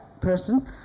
person